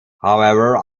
however